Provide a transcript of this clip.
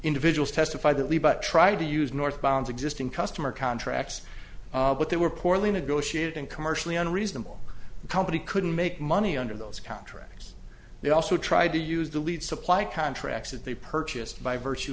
individuals testified that we but tried to use northbound existing customer contracts but they were poorly negotiated and commercially unreasonable the company couldn't make money under those contracts they also tried to use the lead supply contracts that they purchased by virtue